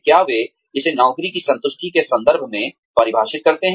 क्या वे इसे नौकरी की संतुष्टि के संदर्भ में परिभाषित करते हैं